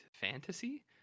fantasy